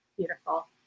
beautiful